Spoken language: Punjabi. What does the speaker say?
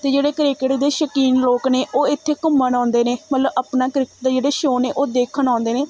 ਅਤੇ ਜਿਹੜੇ ਕ੍ਰਿਕਟ ਦੇ ਸ਼ੌਕੀਨ ਲੋਕ ਨੇ ਉਹ ਇੱਥੇ ਘੁੰਮਣ ਆਉਂਦੇ ਨੇ ਮਤਲਬ ਆਪਣਾ ਕ੍ਰਿਕਟ ਦੇ ਜਿਹੜੇ ਸ਼ੋਅ ਨੇ ਉਹ ਦੇਖਣ ਆਉਂਦੇ ਨੇ